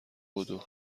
بدو